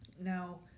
Now